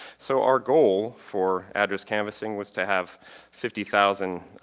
so our goal for address canvassing was to have fifty thousand